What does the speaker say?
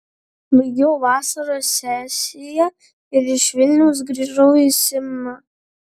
baigiau vasaros sesiją ir iš vilniaus grįžau į simną